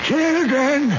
Children